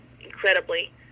incredibly